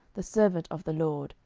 the servant of the lord,